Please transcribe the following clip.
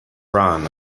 run